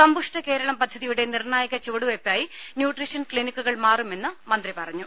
സമ്പുഷ്ട കേരളം പദ്ധതിയുടെ നിർണായക ചുവടുവയ്പായി ന്യൂട്രീഷ്യൻ ക്ലിനിക്കുകൾ മാറുമെന്ന് മന്ത്രി പറഞ്ഞു